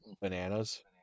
bananas